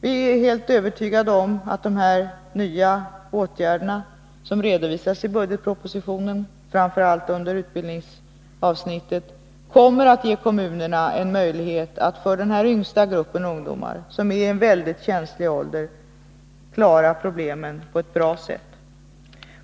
Vi är helt övertygade om att dessa nya åtgärder som redovisas i budgetpropositionen, framför allt under utbildningsavsnittet, kommer att ge kommunerna en möjlighet att för den här yngsta gruppen ungdomar, som befinner sig i en mycket känslig ålder, klara problemen på ett bra sätt.